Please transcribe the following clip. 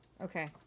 Okay